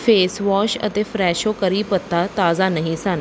face wash ਅਤੇ Fresho ਕਰੀ ਪੱਤਾ ਤਾਜ਼ਾ ਨਹੀਂ ਸਨ